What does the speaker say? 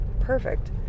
perfect